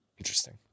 Interesting